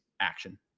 action